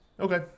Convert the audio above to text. Okay